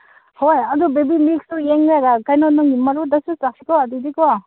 ꯍꯣꯏ ꯑꯗꯨ ꯕꯦꯕꯤꯃꯤꯛꯁꯇꯨ ꯌꯦꯡꯉꯥꯒ ꯀꯩꯅꯣ ꯅꯪꯒꯤ ꯆꯥꯁꯤ ꯀꯣ ꯑꯗꯨꯗꯤ ꯀꯣ